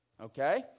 okay